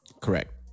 Correct